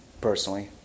personally